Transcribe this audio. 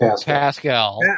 Pascal